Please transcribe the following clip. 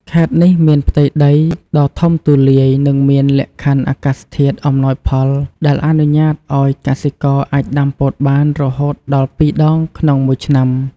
ខេត្តនេះមានផ្ទៃដីដ៏ធំទូលាយ និងមានលក្ខខណ្ឌអាកាសធាតុអំណោយផល ដែលអនុញ្ញាតឱ្យកសិករអាចដាំពោតបានរហូតដល់ ពីរដងក្នុងមួយឆ្នាំ។